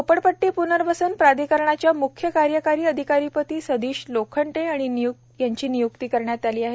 झोपडपट्टी पुनवर्सन प्राधिकरणाच्या मुख्य कार्यकारी अधिकारीपदी सतीश लोखंडे यांची नियुक्ती करण्यात आली आहे